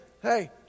Hey